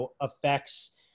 affects